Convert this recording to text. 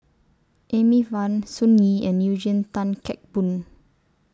Amy Van Sun Yee and Eugene Tan Kheng Boon